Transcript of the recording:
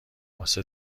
واسه